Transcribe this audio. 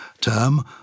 term